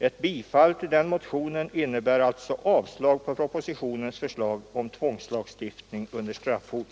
Ett bifall till denna motion innebär avslag på propositionens förslag om tvångslagstiftning under straffhot.